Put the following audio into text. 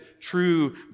true